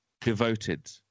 devoted